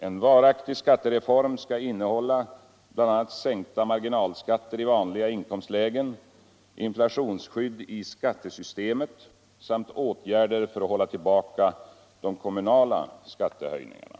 En varaktig skattereform skall innehålla bl.a. sänkta marginalskatter i vanliga inkomstlägen, inflationsskydd i skattesystemet samt åtgärder för att hålla tillbaka de kommunala skattehöjningarna.